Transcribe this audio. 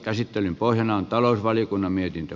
käsittelyn pohjana on talousvaliokunnan mietintö